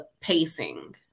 pacing